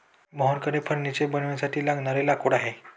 मोहनकडे फर्निचर बनवण्यासाठी लागणारे लाकूड आहे